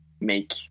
make